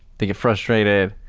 they get frustrated.